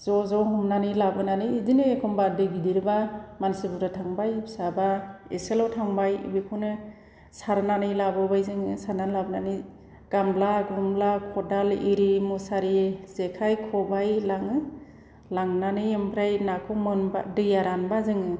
ज' ज' हमनानै लाबोनानै बिदिनो एखनबा दै गिदिरबा मानसि बुरजा थांबाय फिसाबा इसेल' थांबाय बेखौनो सारनानै लाबोबाय जोंङो सारनानै लाबोनानै गामला गुमला खदाल आरि मुसारि जेखाय खबाय लांङो लांनानै ओमफ्राय नाखौ मोनबा दैआ रानबा जोंङो